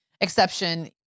exception